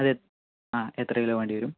അത് ആ എത്ര കിലോ വേണ്ടിവരും